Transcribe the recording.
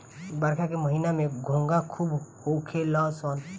बरखा के महिना में घोंघा खूब होखेल सन